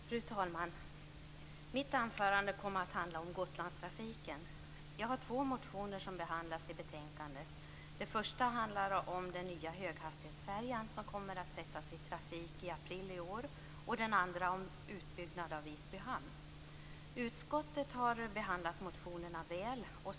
Fru talman! Mitt anförande kommer att handla om Gotlandstrafiken. Jag har ställt två motioner som behandlas i betänkandet. Den första handlar om den nya höghastighetsfärja som kommer att sättas i trafik i april i år och den andra om utbyggnad av Visby hamn. Utskottet har behandlat motionerna väl.